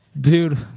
Dude